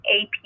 AP